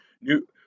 new